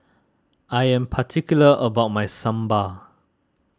I am particular about my Sambar